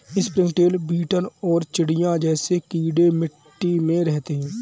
springtail, beetle और चींटियां जैसे कीड़े मिट्टी में रहते हैं